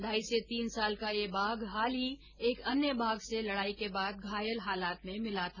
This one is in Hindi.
ढाई से तीन साल का ये बाघ हाल ही एक अन्य बाघ से लड़ाई के बाद घायल हालात में मिला था